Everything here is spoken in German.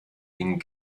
ihnen